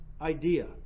idea